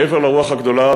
מעבר לרוח הגדולה,